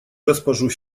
госпожу